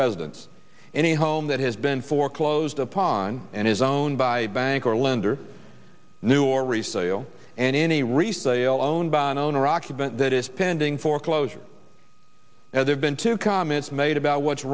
residence in a home that has been foreclosed upon and is owned by bank or lender new or resale and any resale owned by an owner occupant that is pending foreclosure now there's been two comments made about what's